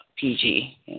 PG